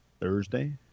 Thursday